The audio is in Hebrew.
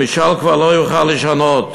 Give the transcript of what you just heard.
המשאל כבר לא יוכל לשנות.